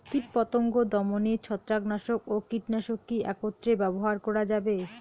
কীটপতঙ্গ দমনে ছত্রাকনাশক ও কীটনাশক কী একত্রে ব্যবহার করা যাবে?